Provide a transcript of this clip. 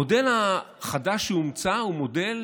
המודל החדש שהומצא הוא מודל